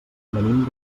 venim